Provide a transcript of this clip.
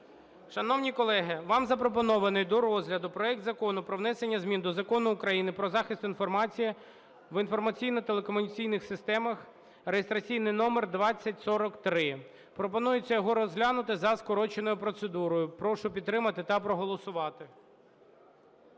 Шановні колеги, вам запропонований до розгляду проект Закону про внесення змін до Закону України "Про захист інформації в інформаційно-телекомунікаційних системах" (реєстраційний номер 2043). Пропонується його розглянути за скороченою процедурою. Прошу підтримати та проголосувати.